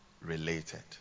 related